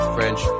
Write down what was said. French